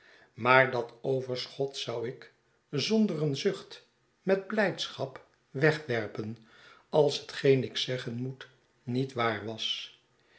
maar dat overschot zou ik zonder een zucht met blijdschap wegwerpen als hetgeen ik zeggen moet niet waar was